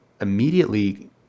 immediately